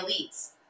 elites